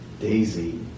Daisy